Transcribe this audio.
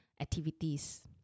activities